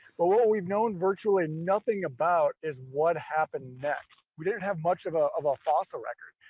but what what we've known virtually nothing about is what happened next. we didn't have much of ah of a fossil record.